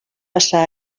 passar